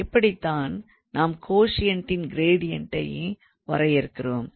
இப்படித்தான் நாம் கோஷியண்ட்டின் கிரேடியண்ட்டை வரையறுக்கிறோம்